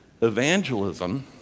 evangelism